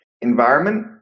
environment